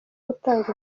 gutanga